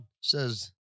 says